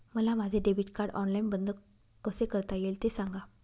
मला माझे debit card online बंद कसे करता येईल, ते सांगा